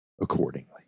accordingly